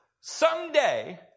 Someday